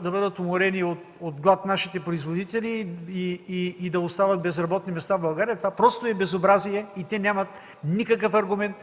да бъдат уморени от глад и да остават безработни в България. Това просто е безобразие! Те нямат никакъв аргумент,